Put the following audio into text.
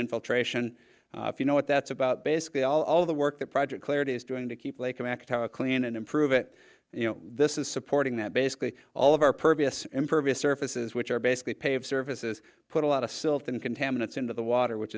infiltration if you know what that's about basically all of the work that project clarity is doing to keep clean and improve it you know this is supporting that basically all of our pervious impervious surfaces which are basically pave services put a lot of silt and contaminants into the water which